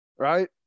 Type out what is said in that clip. right